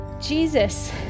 Jesus